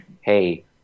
hey